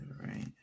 right